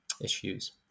issues